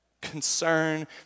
Concern